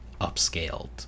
upscaled